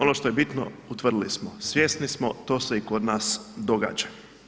Ono što je bitno, utvrdili smo, svjesni smo to se i kod nas događa.